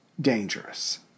dangerous